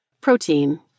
Protein